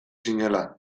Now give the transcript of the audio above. zinela